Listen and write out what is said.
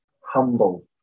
humble